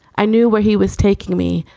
i knew where he was taking me,